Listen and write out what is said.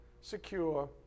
secure